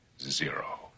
zero